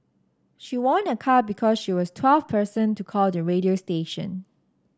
she won a car because she was twelfth person to call the radio station